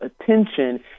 attention